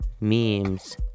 memes